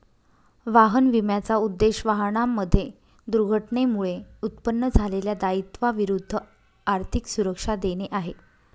वाहन विम्याचा उद्देश, वाहनांमध्ये दुर्घटनेमुळे उत्पन्न झालेल्या दायित्वा विरुद्ध आर्थिक सुरक्षा देणे आहे